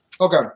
Okay